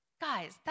Guys